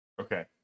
Okay